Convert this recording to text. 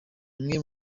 imwe